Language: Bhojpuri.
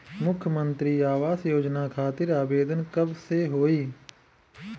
मुख्यमंत्री आवास योजना खातिर आवेदन कब से होई?